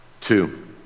Two